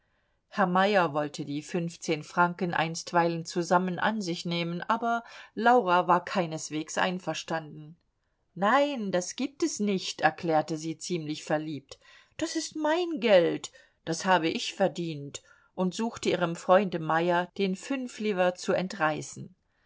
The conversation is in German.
herr meyer wollte die fünfzehn franken einstweilen zusammen an sich nehmen aber laura war keineswegs einverstanden nein das gibt es nicht erklärte sie ziemlich verliebt das ist mein geld das habe ich verdient und suchte ihrem freunde meyer den fünfliver zu entreißen